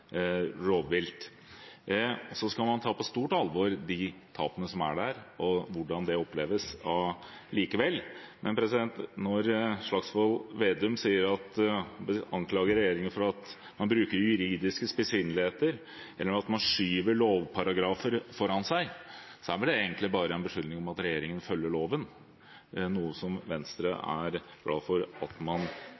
de tapene som er, og hvordan de oppleves, på stort alvor. Men når representanten Slagsvold Vedum anklager regjeringen for at man bruker juridiske spissfindigheter eller skyver lovparagrafer foran seg, er det egentlig bare en beskyldning om at regjeringen følger loven – noe Venstre er glad for at man gjør. Det er nettopp derfor man inngår internasjonale avtaler, som